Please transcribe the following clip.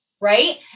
right